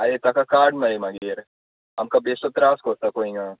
आरे तेका काड मरे मागीर आमकां बेश्टो त्रास कोत्ता पळय हिंगा